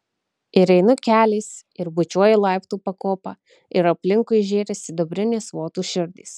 ir einu keliais ir bučiuoju laiptų pakopą ir aplinkui žėri sidabrinės votų širdys